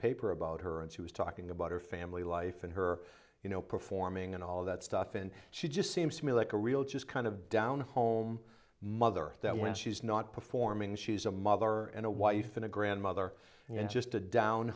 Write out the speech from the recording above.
paper about her and she was talking about her family life and her you know performing and all that stuff and she just seems to me like a real just kind of down home mother that when she's not performing she's a mother and a wife and a grandmother and just a down